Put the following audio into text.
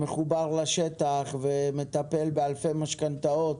שמחובר לשטח ומטפל באלפי משכנתאות.